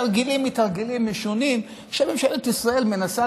תרגילים מתרגילים משונים שממשלת ישראל מנסה